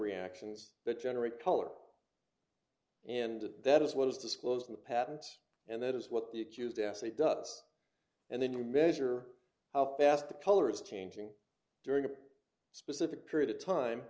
reactions that generate color and that is what is disclosed in the patents and that is what the accused actually does and then we measure how fast the color is changing during a specific period of time